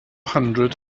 hundred